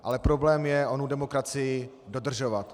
Ale problém je onu demokracii dodržovat.